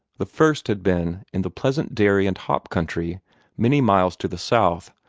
the first had been in the pleasant dairy and hop country many miles to the south,